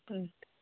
ம்